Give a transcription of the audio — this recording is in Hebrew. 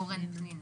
פנינה אורן.